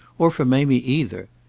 or for mamie either.